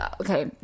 okay